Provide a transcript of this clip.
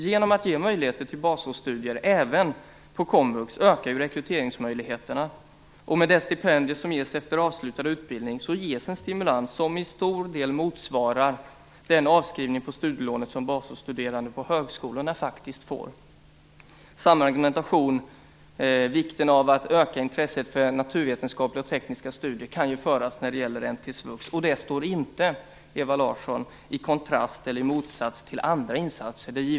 Genom att ge möjligheter till basårsstudier även på komvux ökar ju rekryteringsmöjligheterna, och med det stipendium som ges efter avslutad utbildning ges en stimulans som i stort sett motsvarar den avskrivning på studielånet som basårsstuderande på högskolorna faktiskt får. Samma argumentation - om vikten av att öka intresset för naturvetenskapliga och tekniska studier - kan ju föras när det gäller NT-svux, och det står inte i motsats till andra insatser, Ewa Larsson.